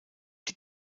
die